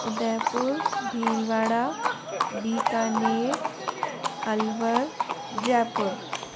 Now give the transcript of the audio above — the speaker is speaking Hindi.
उदयपुर भीलवाड़ा बीकानेर अलवर जयपुर